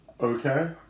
Okay